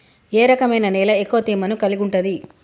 ఏ రకమైన నేల ఎక్కువ తేమను కలిగుంటది?